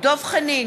דב חנין,